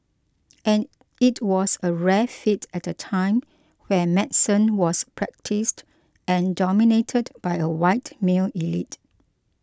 and it was a rare feat at a time when medicine was practised and dominated by a white male elite